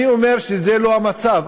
אני אומר שזה לא המצב,